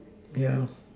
yeah